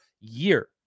year